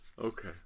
Okay